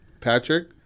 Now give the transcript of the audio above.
Patrick